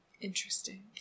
Interesting